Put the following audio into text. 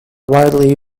widely